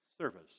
service